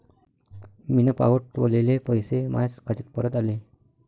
मीन पावठवलेले पैसे मायाच खात्यात परत आले